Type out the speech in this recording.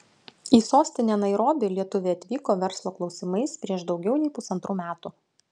į sostinę nairobį lietuvė atvyko verslo klausimais prieš daugiau nei pusantrų metų